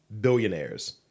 billionaires